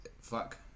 fuck